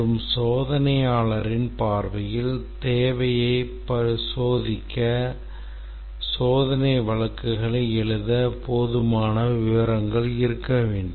மற்றும் சோதனையாளரின் பார்வையில் தேவையை சோதிக்க சோதனை வழக்குகளை எழுத போதுமான விவரங்கள் இருக்க வேண்டும்